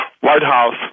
whitehouse